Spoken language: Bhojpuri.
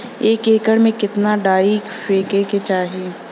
एक एकड़ में कितना डाई फेके के चाही?